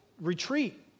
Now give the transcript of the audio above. retreat